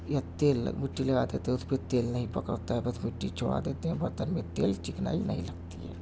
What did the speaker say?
یا تیل لگ مٹی لگا دیتے ہیں اس پہ تیل نہیں پکڑتا ہے بس مٹی چھوا دیتے ہیں برتن میں تیل یا چکنائی نہیں لگتی ہے